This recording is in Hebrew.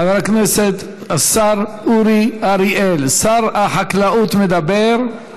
חבר הכנסת השר אורי אריאל, שר החקלאות, מדבר.